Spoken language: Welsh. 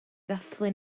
ddathlu